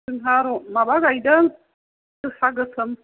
जोंहा र' माबा गायदों जोसा गोसोम